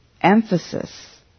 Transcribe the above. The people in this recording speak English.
emphasis